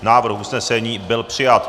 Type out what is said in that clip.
Návrh usnesení byl přijat.